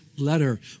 letter